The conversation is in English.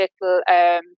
little